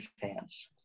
fans